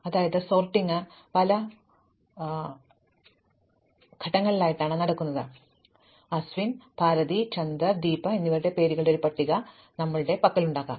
അതിനാൽ അസ്വിൻ ഭാരതി ചന്ദർ ദീപ എന്നിവരുടെ പേരുകളുടെ ഒരു പട്ടിക ഞങ്ങളുടെ പക്കലുണ്ടാകാം